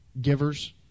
givers